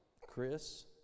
Chris